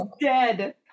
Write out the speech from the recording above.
dead